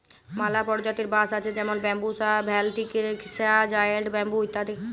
ম্যালা পরজাতির বাঁশ আছে যেমল ব্যাম্বুসা ভেলটিরিকসা, জায়েল্ট ব্যাম্বু ইত্যাদি